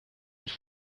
ich